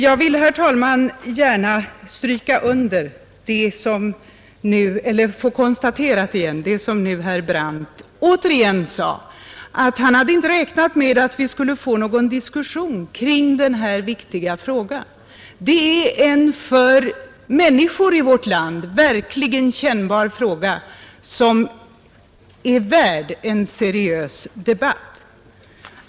Jag vill, herr talman, gärna få konstatera det som herr Brandt nu återigen sade, att han hade inte räknat med att vi skulle få någon diskussion kring den här viktiga frågan. Det är en för många människor i vårt land verkligt kännbar fråga, som är värd en seriös debatt.